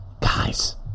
guys